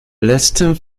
letzten